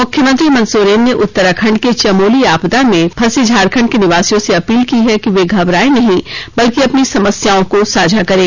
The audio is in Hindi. मुख्यमंत्री हेमंत सोरेन ने उत्तराखंड के चमोली आपदा में फंसे झारखंड के निवासियों से अपील की है कि वे घबराएं बल्कि अपनी समस्याओं को साझा करें